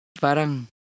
Parang